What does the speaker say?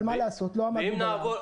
אבל מה לעשות, לא עמדנו ביעד.